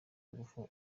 nguvu